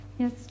Yes